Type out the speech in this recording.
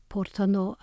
Portano